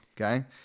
okay